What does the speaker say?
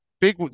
big